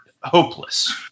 hopeless